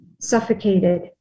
suffocated